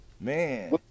man